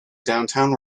downtown